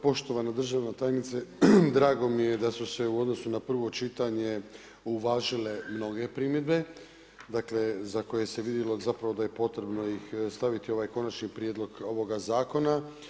Poštovana državna tajnice, drago mi je da su se u odnosu na prvo čitanje, uvažile mnoge primjedbe, za koje se vidjelo da je potrebno ih staviti u ovaj konačni prijedlog ovoga zakona.